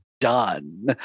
done